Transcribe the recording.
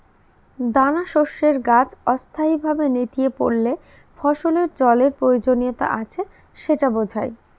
দানাশস্যের গাছ অস্থায়ীভাবে নেতিয়ে পড়লে ফসলের জলের প্রয়োজনীয়তা আছে সেটা বোঝায়